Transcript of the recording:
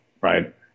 right